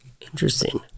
Interesting